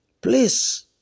please